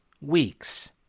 weeks